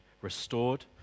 restored